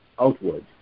outward